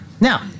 Now